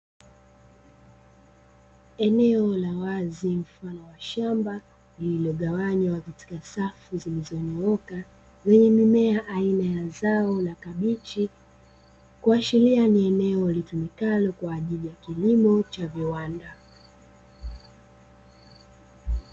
Eneo la wazi mfano wa shamba lililogawanywa katika safu zilizonyooka zenye mimea aina ya zao la kabichi kuashiria ni eneo litumikalo kwa ajili ya kilimo cha viwanda.